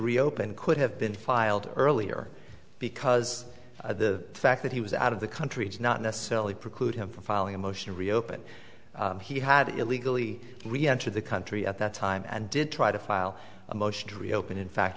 reopen could have been filed earlier because the fact that he was out of the country does not necessarily preclude him from filing a motion to reopen he had illegally entered the country at that time and did try to file a motion to reopen in fact